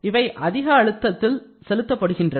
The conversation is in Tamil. இவை அதிக அழுத்தத்தில் செலுத்தப்படுகின்றன